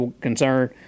concern